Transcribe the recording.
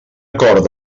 acord